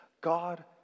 God